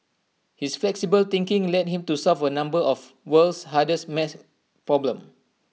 his flexible thinking led him to solve A number of world's hardest math problems